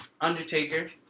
Undertaker